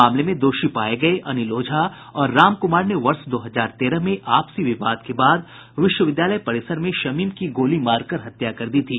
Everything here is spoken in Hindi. मामले में दोषी पाये गये अनिल ओझा और रामकुमार ने वर्ष दो हजार तेरह में आपसी विवाद के बाद विश्वविद्यालय परिसर में शमीम की गोली मारकर हत्या कर दी थी